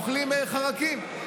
אוכלים חרקים.